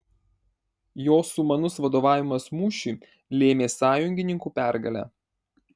jo sumanus vadovavimas mūšiui lėmė sąjungininkų pergalę